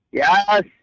yes